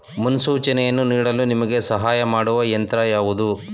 ಮುನ್ಸೂಚನೆಯನ್ನು ನೀಡಲು ನಿಮಗೆ ಸಹಾಯ ಮಾಡುವ ಯಂತ್ರ ಯಾವುದು?